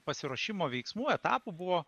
pasiruošimo veiksmų etapų buvo